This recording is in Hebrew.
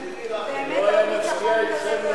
אני מסכימה אתך.